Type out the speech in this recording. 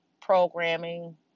programming